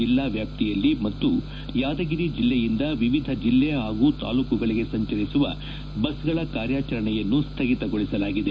ಜಿಲ್ಲಾ ವ್ಯಾಪ್ತಿಯಲ್ಲಿ ಮತ್ತು ಯಾದಗಿರಿ ಜಿಲ್ಲೆಯಿಂದ ವಿವಿಧ ಜಿಲ್ಲೆ ಮತ್ತು ತಾಲ್ಲೂಕುಗಳಿಗೆ ಸಂಚರಿಸುವ ಬಸ್ಗಳ ಕಾರ್ಯಾಚರಣೆಯನ್ನು ಸ್ವಗಿತಗೊಳಿಸಲಾಗಿದೆ